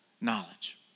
knowledge